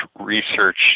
research